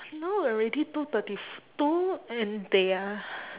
now already two thirty f~ two and they are